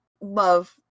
love